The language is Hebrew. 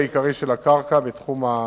המנוף הכלכלי העיקרי לפיתוח העיר,